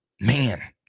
man